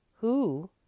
Who